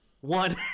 One